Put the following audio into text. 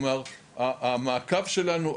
המעקב שלנו,